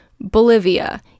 Bolivia